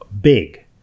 big